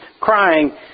crying